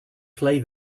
play